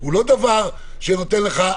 הוא לא דבר שנותן לך,